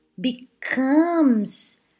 becomes